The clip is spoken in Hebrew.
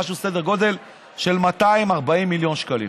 למשהו בסדר גודל של 240 מיליון שקלים,